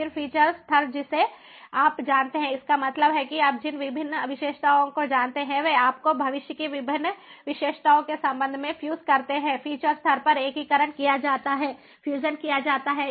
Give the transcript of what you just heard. फिर फीचर स्तर जिसे आप जानते हैं इसका मतलब है कि आप जिन विभिन्न विशेषताओं को जानते हैं वे आपको भविष्य की विभिन्न विशेषताओं के संबंध में फ्यूज करते हैं फीचर स्तर पर एकीकरण किया जाता है फ्यूजन किया जाता है